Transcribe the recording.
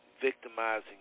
victimizing